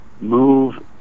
move